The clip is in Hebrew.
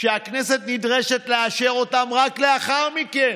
שהכנסת נדרשת לאשר אותם רק לאחר מכן.